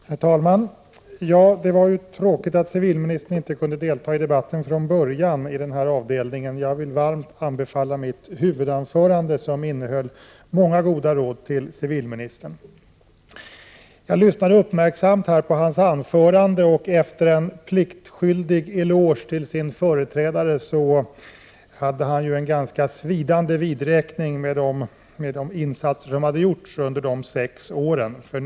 Herr talman! Det var tråkigt att civilministern inte kunde delta i debatten om det är avsnittet från början. Jag vill varmt anbefalla mitt huvudanförande, som innehöll många goda råd till civilministern. Jag lyssnade uppmärksamt på civilministerns anförande, och efter en pliktskyldig eloge till sin företrädare hade han en ganska svidande vidräkning med de insatser som denne gjort under de sex år som gått.